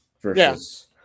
versus